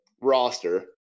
roster